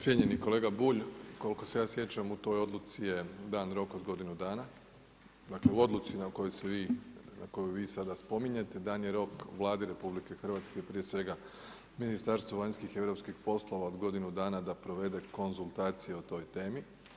Cijenjeni kolega Bulj, koliko se ja sjećam u toj odluci je dan rok od godinu dana, dakle u odluci na koju vi sada spominjete dan je rok Vladi RH, prije svega Ministarstvu vanjskih i europskih poslova od godinu dana da provede konzultacije o toj temi.